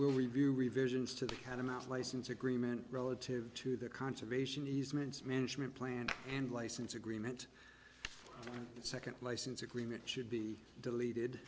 will review revisions to the kind amount license agreement relative to the conservation easements management plan and license agreement the second license agreement should be deleted